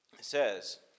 says